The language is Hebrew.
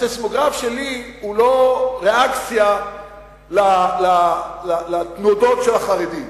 הסיסמוגרף שלי הוא לא ריאקציה לתנודות של החרדים.